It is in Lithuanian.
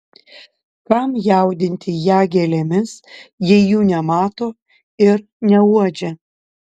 kam jaudinti ją gėlėmis jei jų nemato ir neuodžia